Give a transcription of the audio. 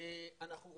השנה